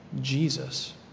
Jesus